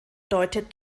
deutet